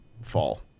fall